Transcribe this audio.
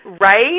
Right